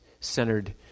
centered